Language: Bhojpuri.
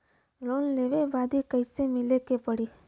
लोन लेवे बदी कैसे मिले के पड़ी?